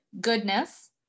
goodness